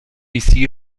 ici